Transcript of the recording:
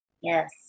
Yes